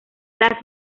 las